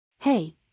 Hey